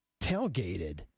tailgated